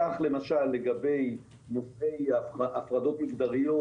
כך למשל לגבי נושא הפרדות מגדריות,